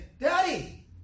Daddy